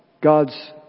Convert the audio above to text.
God's